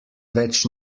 več